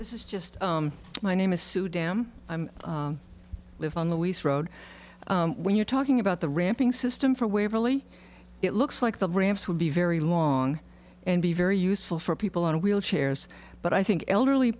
this is just my name is sue dam i live on the east road when you're talking about the ramping system for waverley it looks like the ramps would be very long and be very useful for people in wheelchairs but i think elderly